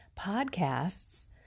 podcasts